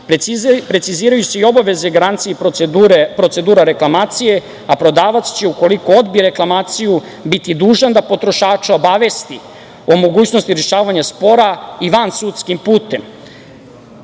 način. Preciziraju se i obaveze i garancije procedura reklamacije, a prodavac će, ukoliko odbije reklamaciju, biti dužan da potrošača obavesti o mogućnosti rešavanja spora i vansudskim putem